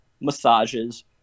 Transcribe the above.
massages